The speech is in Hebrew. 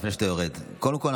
לפני שאתה יורד: קודם כול,